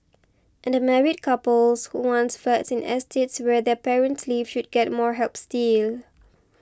and married couples who want flats in estates where their parents live should get more help still